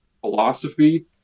philosophy